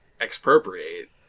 Expropriate